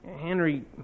Henry